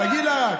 תגיד לה.